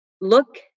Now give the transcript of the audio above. look